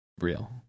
real